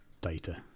data